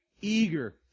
eager